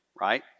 right